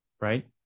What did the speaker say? right